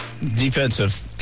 Defensive